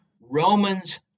Romans